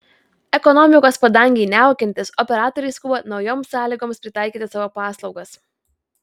ekonomikos padangei niaukiantis operatoriai skuba naujoms sąlygoms pritaikyti savo paslaugas